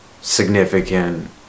significant